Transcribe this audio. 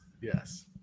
Yes